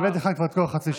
שהבאתי לך כבר את כל חצי השעה.